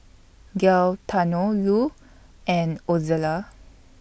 Gaetano Lu and Ozella